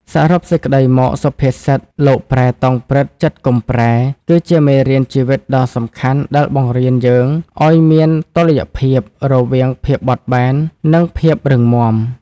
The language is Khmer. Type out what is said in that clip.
សរុបសេចក្ដីមក សុភាសិត "លោកប្រែ តោងព្រឹត្តិ ចិត្តកុំប្រែ" គឺជាមេរៀនជីវិតដ៏សំខាន់ដែលបង្រៀនយើងឱ្យមាន តុល្យភាពរវាងភាពបត់បែន និងភាពរឹងមាំ។